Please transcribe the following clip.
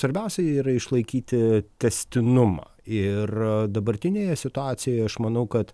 svarbiausia yra išlaikyti tęstinumą ir dabartinėje situacijoje aš manau kad